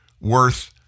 worth